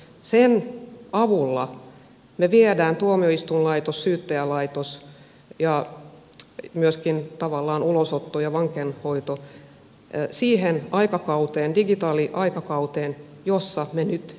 sen avulla me viemme tuomioistuinlaitoksen syyttäjälaitoksen ja myöskin tavallaan ulosoton ja vankeinhoidon siihen aikakauteen digitaaliaikakauteen jossa me nyt elämme